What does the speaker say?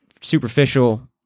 superficial